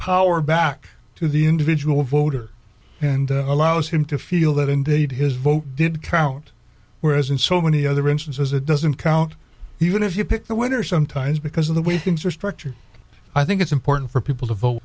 power back to the individual voter and allows him to feel that indeed his vote did count whereas in so many other instances it doesn't count even if you pick the winner sometimes because of the way things are structured i think it's important for people to vote